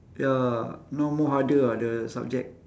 ya now more harder ah the subject